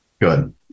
good